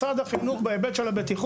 משרד החינוך באמת מומחים בהיבט של הבטיחות,